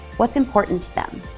what's important to them?